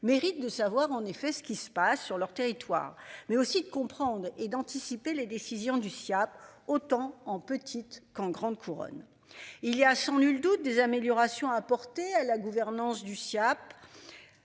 méritent de savoir en effet ce qui se passe sur leur territoire mais aussi de comprendre et d'anticiper les décisions du Siaap autant en petite qu'en grande couronne. Il y a sans nul doute des améliorations apportées à la gouvernance du Siaap.